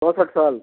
चौंसठ साल